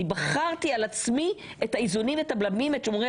אני בחרתי להחיל על עצמי את האיזונים ואת הבלמים ואת שומרי